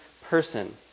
person